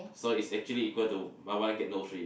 so is actually equal to buy one ah get no free